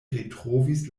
retrovis